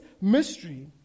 mystery